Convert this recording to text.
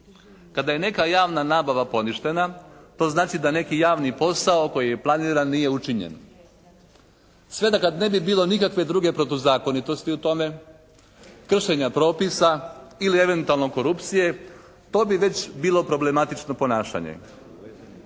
Kada je neka javna nabava poništena to znači da neki javni posao koji je planiran nije učinjen. Sve da, kad ne bi bilo nikakve druge protuzakonitosti u tome, kršenja propisa ili eventualno korupcije to bi već bilo problematično ponašanje.